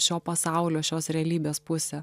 šio pasaulio šios realybės pusę